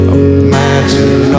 imagine